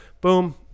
boom